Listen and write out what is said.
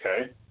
Okay